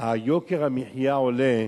יוקר המחיה עולה,